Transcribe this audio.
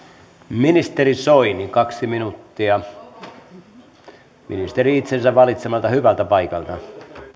ministeri soini kaksi minuuttia ministerin itsensä valitsemalta hyvältä paikalta